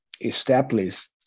established